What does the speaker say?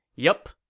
yup.